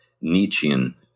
Nietzschean